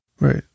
Right